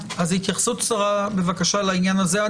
התייחסות קצרה בבקשה לעניין הזה.